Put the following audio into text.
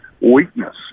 weakness